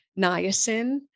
niacin